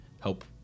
help